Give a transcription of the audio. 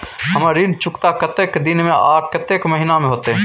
हमर ऋण चुकता कतेक दिन में आ कतेक महीना में होतै?